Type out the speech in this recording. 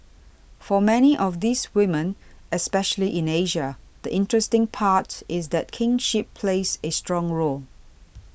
for many of these women especially in Asia the interesting part is that kinship plays a strong role